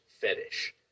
fetish